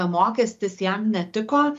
mokestis jam netiko